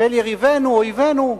אויבינו,